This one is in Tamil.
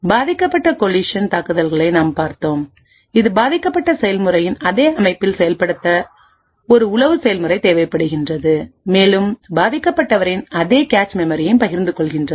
பாதிக்கப்பட்ட கோலிசன் தாக்குதல்களை நாம் பார்த்தோம் இது பாதிக்கப்பட்ட செயல்முறையின் அதே அமைப்பில் செயல்படுத்த ஒரு உளவு செயல்முறை தேவைப்படுகிறது மேலும் பாதிக்கப்பட்டவரின் அதே கேச் மெமரியையும் பகிர்ந்து கொள்கிறது